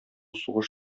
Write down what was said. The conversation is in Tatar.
сугыш